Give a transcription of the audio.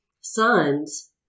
sons